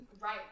Right